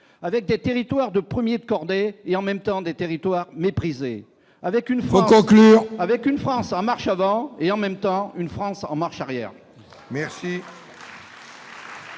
avec des territoires de 1er de cordée et en même temps des territoires avec une avec une France en marche avant et en même temps une France en marche arrière,